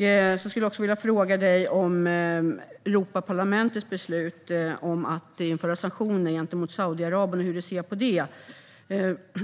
Jag skulle också vilja fråga hur du ser på Europaparlamentets beslut om att införa sanktioner gentemot Saudiarabien.